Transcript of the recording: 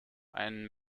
ein